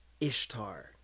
Ishtar